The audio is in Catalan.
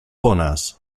bones